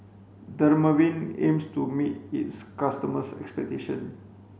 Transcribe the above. dermaveen aims to meet its customers' expectation